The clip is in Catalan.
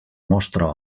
mostra